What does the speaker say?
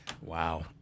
wow